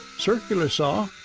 circular saw,